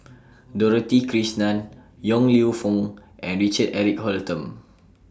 Dorothy Krishnan Yong Lew Foong and Richard Eric Holttum